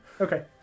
Okay